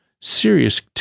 serious